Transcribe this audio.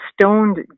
stoned